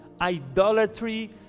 idolatry